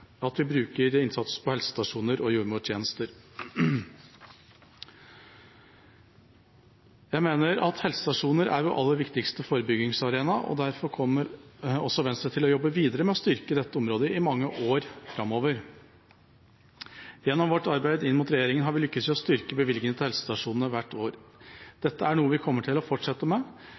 at vi styrker innsatsen på helsestasjoner og jordmortjenester. Jeg mener at helsestasjonen er vår aller viktigste forebyggingsarena, og derfor kommer også Venstre til å jobbe videre med å styrke dette området i mange år framover. Gjennom vårt arbeid inn mot regjeringa har vi lyktes i å styrke bevilgningene til helsestasjonene hvert år. Dette er noe vi kommer til å fortsette med.